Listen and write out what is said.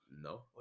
No